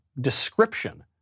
description